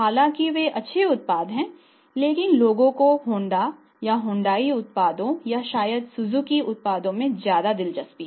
हालांकि वे अच्छे उत्पाद हैं लेकिन लोगों को होंडा या हुंडई उत्पादों या शायद सुजुकी उत्पादों में ज्यादा दिलचस्पी है